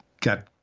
got